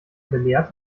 belehrt